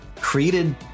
created